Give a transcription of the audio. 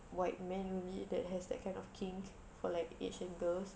white man movie that has that kind of kink for like asian girls